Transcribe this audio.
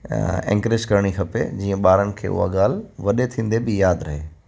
encourage करिणी खपे जीअं ॿारनि खे उहा ॻाल्हि वॾे थींदे बि यादि रहे